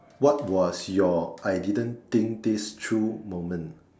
what was your I didn't think this through moment